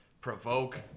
provoke